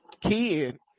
kid